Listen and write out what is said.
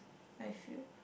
I feel